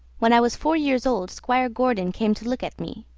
when i was four years old squire gordon came to look at me.